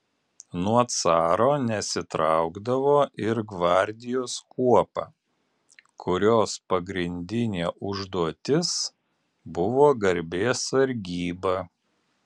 nuo caro nesitraukdavo ir gvardijos kuopa kurios pagrindinė užduotis buvo garbės sargyba